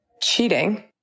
cheating